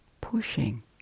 pushing